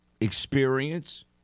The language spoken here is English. experience